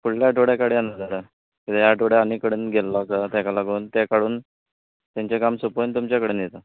फुडल्या आठवड्या काड्या ना जाल्यार ह्या आठवड्या आनी एक कडेन गेल्लो आसा तेका लागून तें काडून तेंचे काम सोंपोवन तुमचे कडेन येता